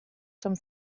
some